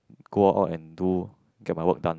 go out and do get my work done